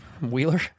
Wheeler